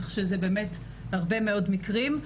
כך שזה באמת הרבה מאוד מקרים.